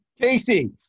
Casey